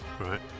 right